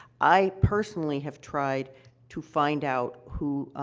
i personally have tried to find out who,